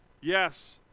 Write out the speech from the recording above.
Yes